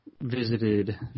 visited